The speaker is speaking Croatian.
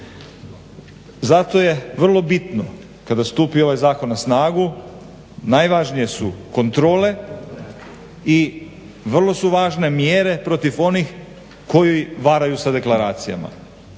Zato je vrlo bitno kada stupi ovaj zakon na snagu najvažnije su kontrole i vrlo su važne mjere protiv onih koji varaju sa deklaracijama.